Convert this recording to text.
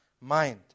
mind